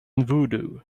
voodoo